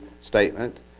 statement